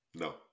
No